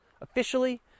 Officially